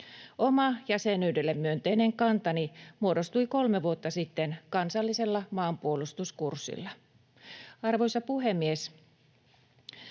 Oma jäsenyydelle myönteinen kantani muodostui kolme vuotta sitten kansallisella maanpuolustuskurssilla. Arvoisa puhemies!